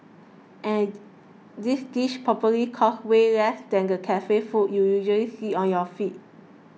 and these dishes probably cost way less than the cafe food you usually see on your feed